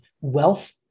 wealth